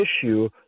issue